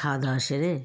খাওয়া দাওয়া সেরে